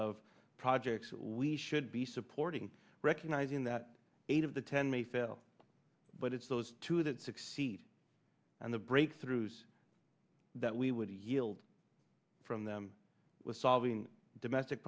of projects we should be supporting recognizing that eight of the ten may fail but it's those two that succeed and the breakthroughs that we would yield from them with solving domestic